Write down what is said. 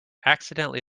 accidentally